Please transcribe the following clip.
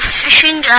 fishing